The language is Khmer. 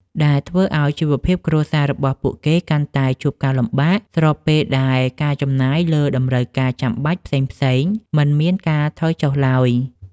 ដែលធ្វើឱ្យជីវភាពគ្រួសាររបស់ពួកគេកាន់តែជួបការលំបាក ស្របពេលដែលការចំណាយលើតម្រូវការចាំបាច់ផ្សេងៗមិនមានការថយចុះឡើយ។